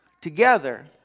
together